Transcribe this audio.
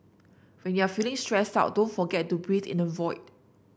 when you are feeling stressed out don't forget to breathe in the void